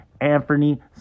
Anthony